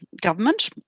government